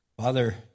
Father